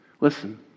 listen